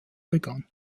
begann